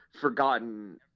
forgotten